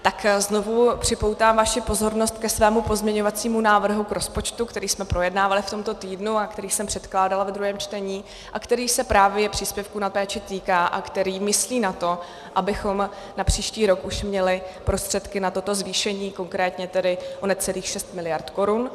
Tak znovu připoutám vaši pozornost ke svému pozměňovacímu návrhu k rozpočtu, který jsme projednávali v tomto týdnu a který jsem předkládala ve druhém čtení a který se právě příspěvku na péči týká a který myslí na to, abychom na příští rok už měli prostředky na toto zvýšení, konkrétně o necelých 6 miliard korun.